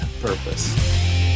purpose